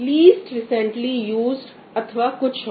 list recently used अथवा कुछ और